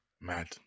mad